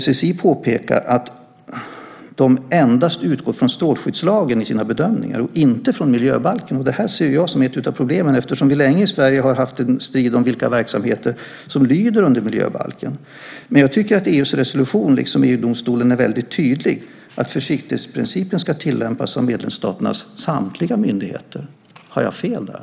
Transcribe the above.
SSI påpekar att man endast utgår från strålskyddslagen i sina bedömningar och inte från miljöbalken, och det här ser jag som ett av problemen eftersom vi länge i Sverige har haft en strid om vilka verksamheter som lyder under miljöbalken. Men jag tycker att EU:s resolution liksom EU-domstolen är väldigt tydlig med att försiktighetsprincipen ska tillämpas av medlemsstaternas samtliga myndigheter. Har jag fel där?